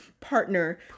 partner